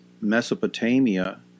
Mesopotamia